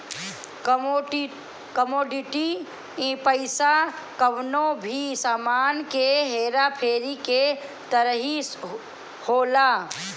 commodity पईसा कवनो भी सामान के हेरा फेरी के तरही होला